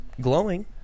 glowing